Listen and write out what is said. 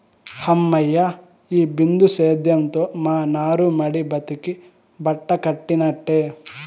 హమ్మయ్య, ఈ బిందు సేద్యంతో మా నారుమడి బతికి బట్టకట్టినట్టే